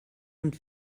und